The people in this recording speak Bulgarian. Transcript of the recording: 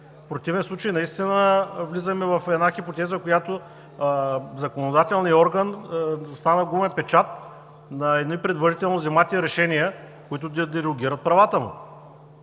В противен случай влизаме в една хипотеза, в която законодателният орган става гумен печат на едни предварително взети решения, които дерогират правата му,